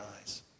eyes